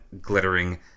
glittering